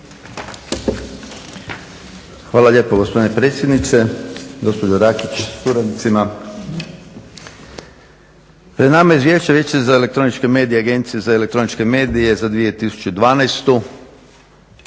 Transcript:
Hvala lijepo gospodine predsjedniče, gospođo Rakić sa suradnicima. Pred nama je izvješće vijeća za elektroničke medije agencije za elektroničke medije za 2012.,